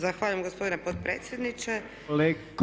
Zahvaljujem gospodine potpredsjedniče.